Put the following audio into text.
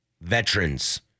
veterans